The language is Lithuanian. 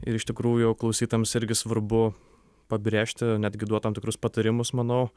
ir iš tikrųjų klausytojams irgi svarbu pabrėžti netgi duot tam tikrus patarimus manau